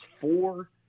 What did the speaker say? four